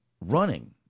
Running